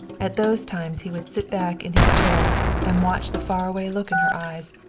at those times he would sit back in his chair and watch the far-away look in her eyes,